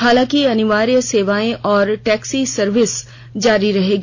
हालांकि अनिवार्य सेवाएं और टैक्सी सर्विस जारी रहेगी